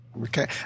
Okay